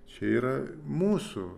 čia yra mūsų